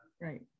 Right